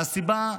והסיבה,